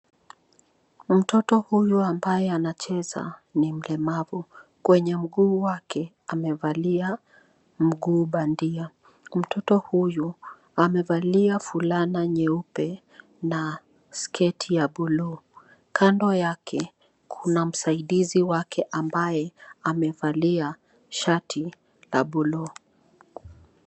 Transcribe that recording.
Mtoto huyu ambaye anacheza ni mlemavu. Kwenye mguu wake, amevalia mguu bandia. Mtoto huyu amevalia fulana nyeupe na sketi ya buluu. Kando yake, kuna msaidizi wake ambaye amevalia shati la buluu.